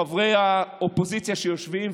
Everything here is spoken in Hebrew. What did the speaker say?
חברי האופוזיציה שיושבים,